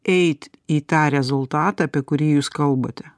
eit į tą rezultatą apie kurį jūs kalbate